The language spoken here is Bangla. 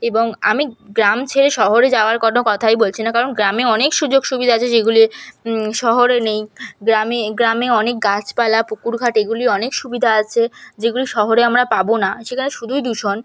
এবং আমি গ্রাম ছেড়ে শহরে যাওয়ার কোনো কথাই বলছি না কারণ গ্রামে অনেক সুযোগ সুবিধা আছে যেগুলি শহরে নেই গ্রামে গ্রামে অনেক গাছপালা পুকুর ঘাট এগুলি অনেক সুবিধা আছে যেগুলি শহরে আমরা পাব না সেখানে শুধুই দূষণ